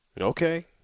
Okay